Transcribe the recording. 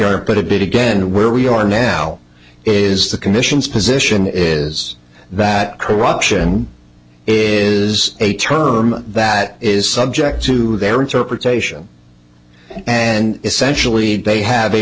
yours but a bit again where we are now is the commission's position is that corruption is a term that is subject to their interpretation and essentially they have a